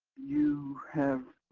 you have,